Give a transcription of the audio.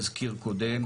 תזכיר קודם.